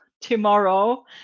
tomorrow